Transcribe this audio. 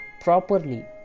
properly